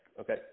Okay